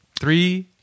Three